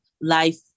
life